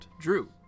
drew